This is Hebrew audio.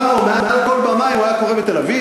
לו מעל כל במה אם הוא היה קורה בתל-אביב?